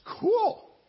cool